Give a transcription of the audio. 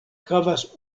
havas